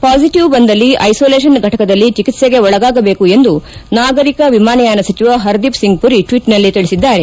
positive ಬಂದಲ್ಲಿ isolation ಘಟಕದಲ್ಲಿ ಚಿಕಿತ್ಸೆಗೆ ಒಳಗಾಗಬೇಕು ಎಂದು ನಾಗರಿಕ ವಿಮಾನಯಾನ ಸಚವ ಹರ್ದೀಪ್ಸಿಂಗ್ಮರಿ ಟ್ವೀಟ್ನಲ್ಲಿ ತಿಳಿಸಿದ್ದಾರೆ